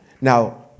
Now